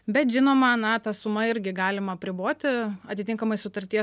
bet žinoma na ta suma irgi galima apriboti atitinkamai sutartyje